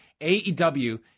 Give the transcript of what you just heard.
AEW